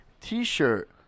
t-shirt